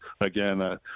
again